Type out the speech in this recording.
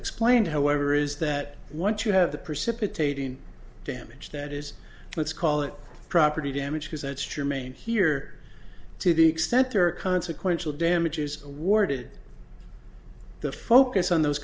explained however is that once you have the precipitating damage that is let's call it property damage because that's tremaine here to the extent there are consequential damages awarded the focus on those